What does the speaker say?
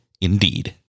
Indeed